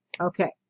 Okay